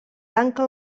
tanca